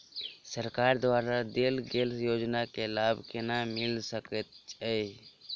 सरकार द्वारा देल गेल योजना केँ लाभ केना मिल सकेंत अई?